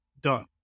done